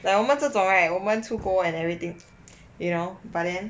like 我们这种 right 我们出国 and everything you know but then